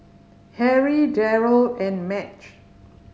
Harry Derald and Madge